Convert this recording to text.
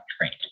trained